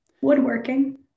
woodworking